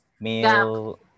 male